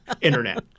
Internet